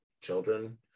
children